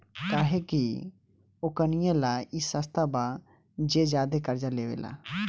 काहे कि ओकनीये ला ई सस्ता बा जे ज्यादे कर्जा लेवेला